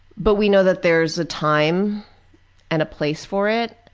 but we know that there's a time and a place for it.